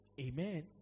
Amen